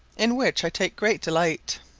in which i take great delight.